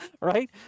right